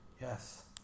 Yes